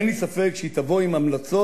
אין לי ספק שהיא תבוא עם המלצות.